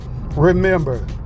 remember